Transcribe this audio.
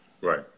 Right